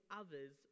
others